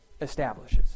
establishes